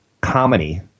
comedy